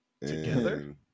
Together